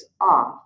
off